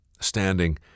standing